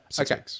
Okay